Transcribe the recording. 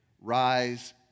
rise